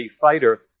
fighter